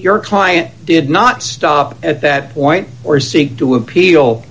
your client did not stop at that point or seek to appeal